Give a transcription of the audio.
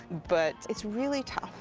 but it's really tough,